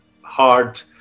hard